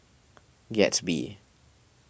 Gatsby